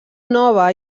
nova